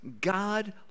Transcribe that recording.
God